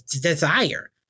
desire